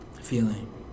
feeling